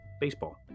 Baseball